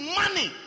money